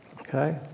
Okay